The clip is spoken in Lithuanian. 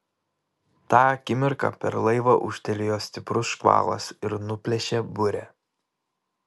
tą akimirką per laivą ūžtelėjo stiprus škvalas ir nuplėšė burę